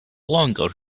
longer